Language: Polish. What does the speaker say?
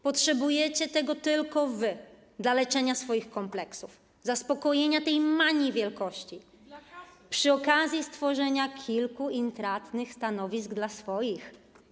Potrzebujecie tego tylko wy dla leczenia swoich kompleksów, dla zaspokojenia tej manii wielkości przy okazji stworzenia kilku intratnych stanowisk dla swoich.